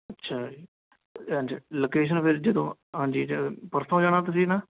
ਅੱਛਾ ਜੀ ਹਾਂਜੀ ਲੌਕੇਸ਼ਨ ਫਿਰ ਜਦੋਂ ਹਾਂਜੀ ਪਰਸੋਂ ਜਾਣਾ ਤੁਸੀਂ ਨਾ